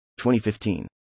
2015